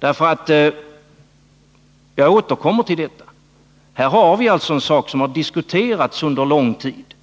Vi har ju här — och jag vill återkomma till det — en sak som har diskuterats under lång tid,